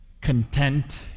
content